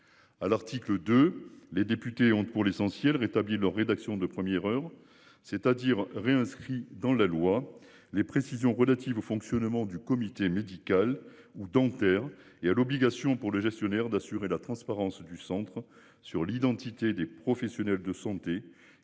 À l'article de. Les députés ont pour l'essentiel rétabli leur rédaction de premières heures c'est-à-dire réinscrit dans la loi les précisions relatives au fonctionnement du comité médical ou dentaire et à l'obligation pour les gestionnaires d'assurer la transparence du Centre sur l'identité des professionnels de santé qui prennent en